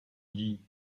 dit